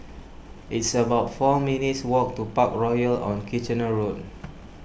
it's about four minutes' walk to Parkroyal on Kitchener Road